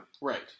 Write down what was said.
Right